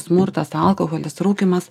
smurtas alkoholis rūkymas